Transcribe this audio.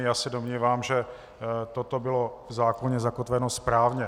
Já se domnívám, že toto bylo v zákoně zakotveno správně.